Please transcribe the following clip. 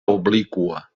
obliqua